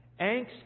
Angst